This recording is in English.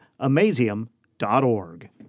amazium.org